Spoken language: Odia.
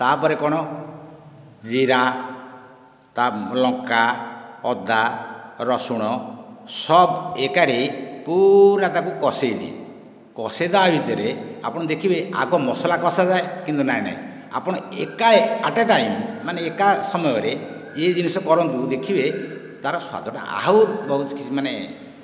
ତା'ପରେ କ'ଣ ଜିରା ଲଙ୍କା ଅଦା ରସୁଣ ସବ ଏକାଠି ପୁରା ତାକୁ କଷେଇ ଦିଏ କଷେଇ ଦେବା ଭିତରେ ଆପଣ ଦେଖିବେ ଆଗ ମସଲା କଷାଯାଏ କିନ୍ତୁ ନାହିଁ ନାହିଁ ଆପଣ ଏକା ଆଟ୍ ଏ ଟାଇମ୍ ମାନେ ଏକା ସମୟରେ ଏହି ଜିନିଷ କରନ୍ତୁ ଦେଖିବେ ତା'ର ସ୍ଵାଦଟା ଆହୁରି ବହୁତ ମାନେ